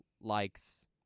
likes